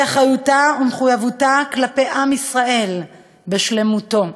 אחריותה ומחויבותה כלפי עם ישראל בשלמותו,